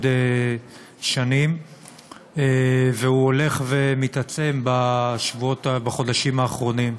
שנים והוא הולך ומתעצם בחודשים האחרונים.